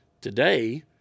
today